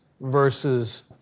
versus